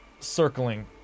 circling